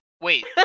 wait